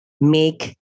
make